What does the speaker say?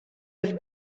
have